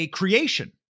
creation